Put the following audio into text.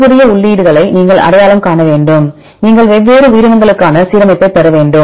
தொடர்புடைய உள்ளீடுகளை நீங்கள் அடையாளம் காண வேண்டும் நீங்கள் வெவ்வேறு உயிரினங்களுக்கான சீரமைப்பைப் பெற வேண்டும்